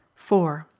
four.